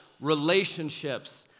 relationships